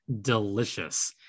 delicious